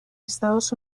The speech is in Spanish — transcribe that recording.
estados